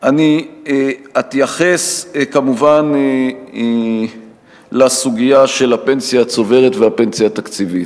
אני אתייחס כמובן לסוגיה של הפנסיה הצוברת והפנסיה התקציבית.